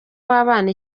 w’abana